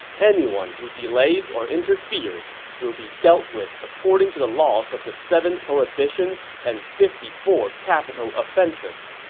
anyone who delays or interferes will be dealt with according to the laws of the seven prohibitions and fifty four capital offenses.